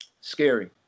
scary